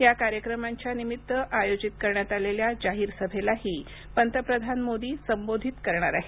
या कार्यक्रमांच्या निमित्त आयोजित करण्यात आलेल्या जाहीर सभेलाही पंतप्रधान मोदी संबोधित करणार आहेत